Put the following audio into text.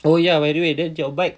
oh ya by the way that your bike